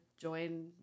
join